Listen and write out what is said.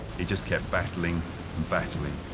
he just kept battling and battling.